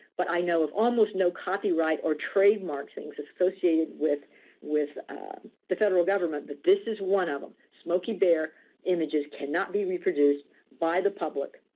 but i know of almost no copyright or trademark things associated with with the federal government, but this is one of them. smokey bear images cannot be reproduced by the public.